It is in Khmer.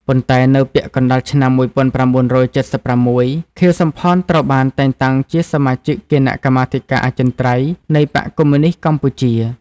ប៉ុន្តែនៅពាក់កណ្តាលឆ្នាំ ១៩៧៦ ខៀវ សំផន ត្រូវបានតែងតាំងជាសមាជិកគណៈកម្មាធិការអចិន្រ្តៃយ៍នៃបក្សកុម្មុយនីស្តកម្ពុជា។